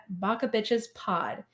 BakaBitchesPod